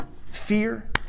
fear